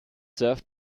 served